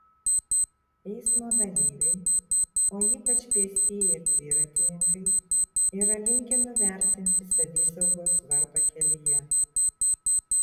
eismo dalyviai o ypač pėstieji ir dviratininkai yra linkę nuvertinti savisaugos svarbą kelyje